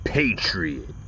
Patriot